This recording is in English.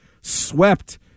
swept